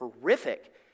horrific